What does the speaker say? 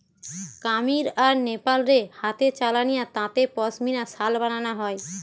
কামীর আর নেপাল রে হাতে চালানিয়া তাঁতে পশমিনা শাল বানানা হয়